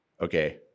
okay